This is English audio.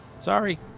sorry